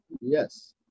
Yes